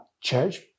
church